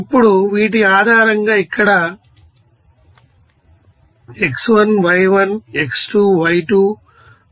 ఇప్పుడు వీటి ఆధారంగా ఇక్కడ x1 y1 x2 y2